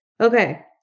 Okay